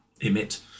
emit